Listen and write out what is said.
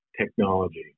technology